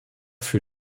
für